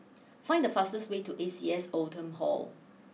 find the fastest way to A C S Oldham Hall